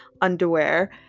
underwear